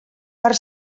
per